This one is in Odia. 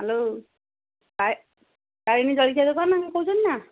ହ୍ୟାଲୋ କାଇଣୀ ଜଳଖିଆ ଦୋକାନ କହୁଛନ୍ତି ନା